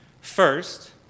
First